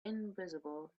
invisible